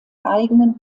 eigenen